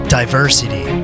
diversity